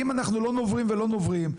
אם אנחנו לא נוברים ולא נוברים,